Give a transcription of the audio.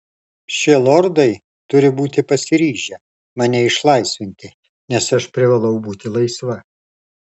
šie lordai turi būti pasiryžę mane išlaisvinti nes aš privalau būti laisva